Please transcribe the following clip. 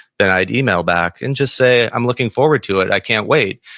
then i'd email back and just say, i'm looking forward to it. i can't wait.